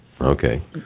Okay